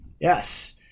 Yes